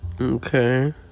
Okay